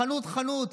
חנות-חנות,